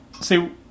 see